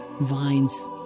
vines